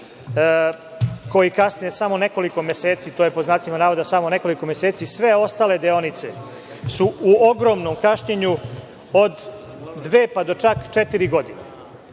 koji je kasnio samo nekoliko meseci, to je pod znacima navoda samo nekoliko meseci, sve ostale deonice su u ogromnom kašnjenju od dve, pa do čak četiri godine.